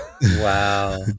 Wow